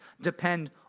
depend